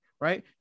right